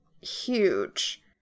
huge